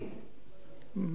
בהכללה,